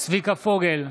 צביקה פוגל,